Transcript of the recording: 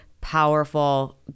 powerful